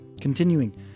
continuing